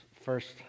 First